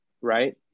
right